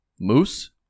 Moose